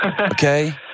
Okay